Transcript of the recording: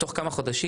תוך כמה חודשים,